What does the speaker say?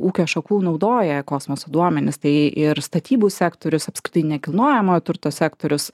ūkio šakų naudoja kosmoso duomenis tai ir statybų sektorius apskritai nekilnojamojo turto sektorius